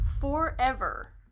Forever